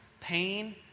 pain